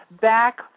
back